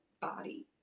body